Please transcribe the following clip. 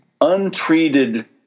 untreated